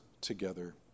together